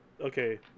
okay